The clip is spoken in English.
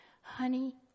Honey